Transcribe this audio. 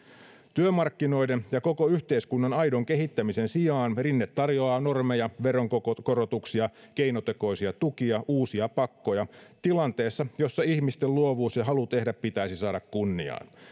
työmarkkinoiden ja koko yhteiskunnan aidon kehittämisen sijaan rinne tarjoaa normeja veronkorotuksia keinotekoisia tukia uusia pakkoja tilanteessa jossa ihmisten luovuus ja halu tehdä pitäisi saada kunniaan